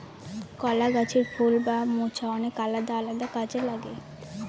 কলা গাছের ফুল বা মোচা অনেক আলাদা আলাদা কাজে লাগে